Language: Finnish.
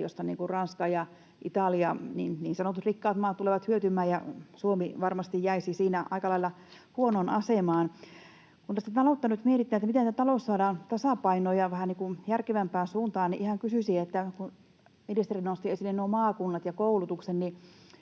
josta Ranska ja Italia, niin sanotut rikkaat maat, tulevat hyötymään. Suomi varmasti jäisi siinä aika lailla huonoon asemaan. Kun tässä taloutta nyt mietitään, miten tämä talous saadaan tasapainoon ja vähän niin kuin järkevämpään suuntaan, niin ihan kysyisin, kun ministeri nosti esille nuo maakunnat ja koulutuksen.